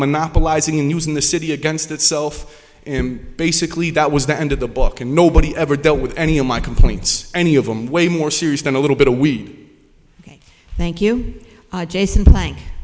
monopolising the news in the city against itself and basically that was the end of the book and nobody ever dealt with any of my complaints any of them way more serious than a little bit of we thank you jason thank